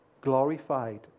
Glorified